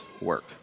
work